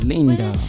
Linda